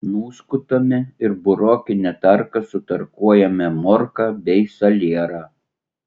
nuskutame ir burokine tarka sutarkuojame morką bei salierą